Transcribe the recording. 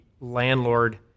landlord